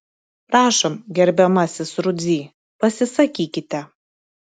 prašom gerbiamasis rudzy pasisakykite